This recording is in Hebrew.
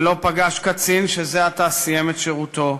ולא פגש קצין שזה עתה סיים את שירותו,